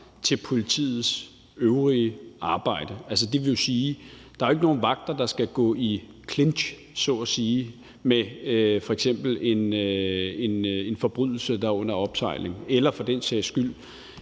til politiets øvrige arbejde. Altså, det vil jo sige, at der ikke er nogen vagter, der skal gå i clinch, så at sige, f.eks. ved en forbrydelse, der er under opsejling, eller for den sags skyld